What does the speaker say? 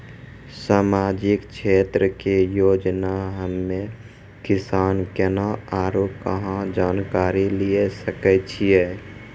समाजिक क्षेत्र के योजना हम्मे किसान केना आरू कहाँ जानकारी लिये सकय छियै?